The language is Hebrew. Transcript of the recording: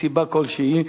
מסיבה כלשהי,